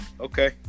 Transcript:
Okay